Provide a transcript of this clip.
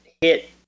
hit